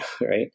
right